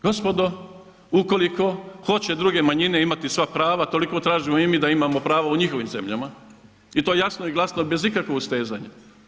Gospodo, ukoliko hoće druge manjine imati sva prava toliko tražimo i mi da imamo pravo u njihovim zemljama i to jasno i glasno bez ikakvog ustezanja.